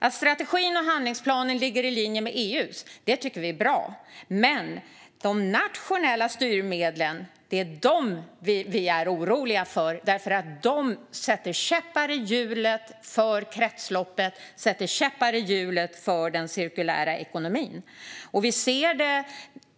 Att strategin och handlingsplanen ligger i linje med EU:s tycker vi är bra, men de nationella styrmedlen är vi oroliga för, för de sätter käppar i hjulet för kretsloppet och den cirkulära ekonomin.